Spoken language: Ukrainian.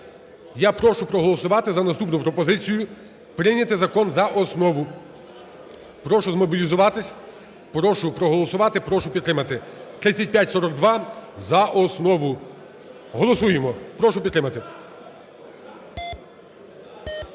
Я прошу проголосувати за наступну пропозицію прийняти закон за основу. Прошу змобілізуватись, прошу проголосувати. Прошу підтримати, 3542 за основу. Голосуємо, прошу підтримати.